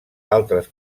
altres